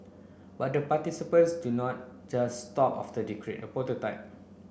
but the participants do not just stop after they create a prototype